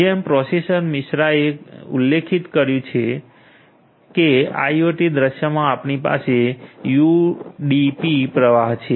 જેમ પ્રોફેસર મિશ્રાએ ઉલ્લેખિત કર્યું છે કે આઇઓટી દૃશ્યમાં આપણી પાસે યુડીપી પ્રવાહ છે